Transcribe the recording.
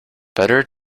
better